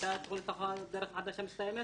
מסתיימת